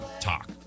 talk